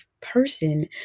person